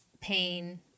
pain